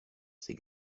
ces